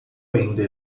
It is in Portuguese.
ainda